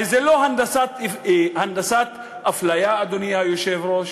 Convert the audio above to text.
זו לא הנדסת אפליה, אדוני היושב-ראש?